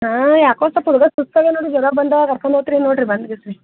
ಹಾಂ ಯಾಕೋ ಸಲ್ಪ ಹುಡುಗ ಸುಸ್ತಾಗ್ಯನೆ ನೋಡಿ ಜ್ವರ ಬಂದಾವೆ ಕರ್ಕೊಂಡೊತ್ರಿ ನೋಡಿರಿ ಬಂದುಬಿಡ್ರಿ